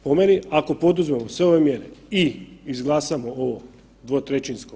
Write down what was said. Po meni, ako poduzmemo sve ove mjere i izglasamo ovo 2/